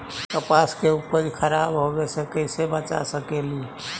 कपास के उपज के खराब होने से कैसे बचा सकेली?